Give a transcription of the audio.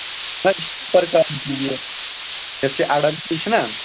تیٚلہِ چھُ اَڑَن یہِ چھُنہ